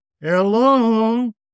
Hello